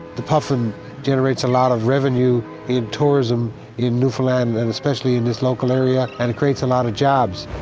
the puffin generates a lot of revenue in tourism in newfoundland and especially in this local area and it creates a lot of jobs.